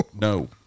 No